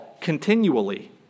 continually